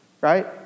Right